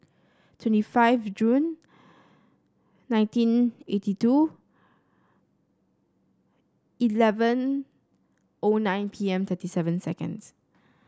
twenty five Jun nineteen eighty two eleven O nine P M thirty seven seconds